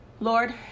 Lord